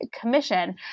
commission